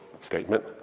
statement